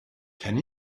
can